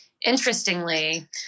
Interestingly